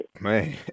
Man